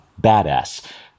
badass